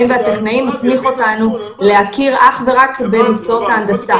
והטכנאים הסמיך אותנו להכיר אך ורק במקצועות ההנדסה.